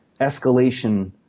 escalation